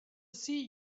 see